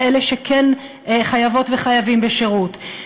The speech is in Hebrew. ואלה שכן חייבות וחייבים בשירות.